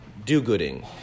do-gooding